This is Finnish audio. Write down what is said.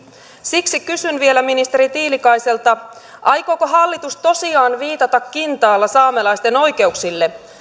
siksi kysyn vielä ministeri tiilikaiselta aikooko hallitus tosiaan viitata kintaalla saamelaisten oikeuksille